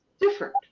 different